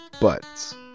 buts